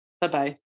Bye-bye